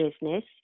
business